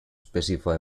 specify